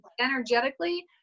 energetically